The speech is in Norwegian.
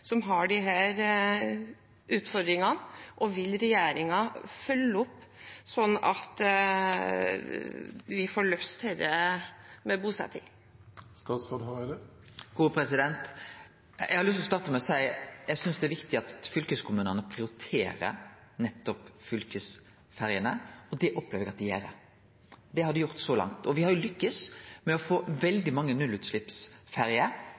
som har disse utfordringene, og vil regjeringen følge opp, slik at vi får løst dette med bosetting? Eg har lyst til å starte med å seie at eg synest det er viktig at fylkeskommunane prioriterer nettopp fylkesferjene, og det opplever eg at dei gjer. Det har dei gjort så langt, og me har lykkast med å få